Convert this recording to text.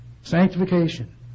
Sanctification